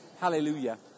Hallelujah